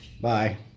Bye